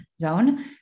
zone